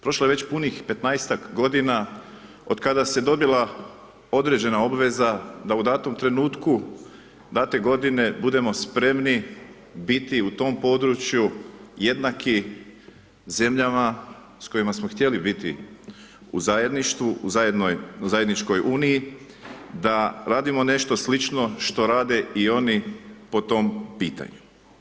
Prošlo je već punih 15-ak godina od kada se dobila određena obveza da u datom trenutku date godine budemo spremni biti u tom području jednaki zemljama s kojima smo htjeli biti u zajedništvu u zajedničkoj uniji, da radimo nešto slično što rade i oni po tom pitanju.